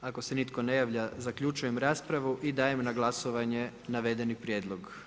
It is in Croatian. Ako se nitko ne javlja, zaključujem raspravu i dajem na glasovanje navedeni prijedlog.